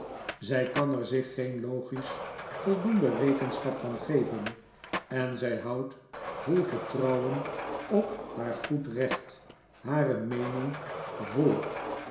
wobdt bereid er zich geen logisch voldoende rekenschap van geven en zy houdt vol vertrouwen op haar goed recht hare meening vol